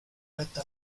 vetta